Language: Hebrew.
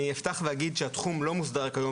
אני אפתח ואגיד שהתחום לא מוסדר כיום